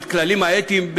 את הכללים האתיים,